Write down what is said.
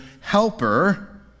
helper